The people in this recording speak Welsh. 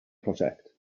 prosiect